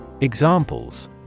Examples